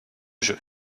jeu